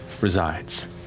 resides